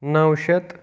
نَو شیٚتھ